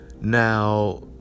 Now